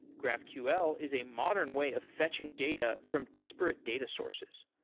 graphql is a modern way of fetching data from disparate data sources.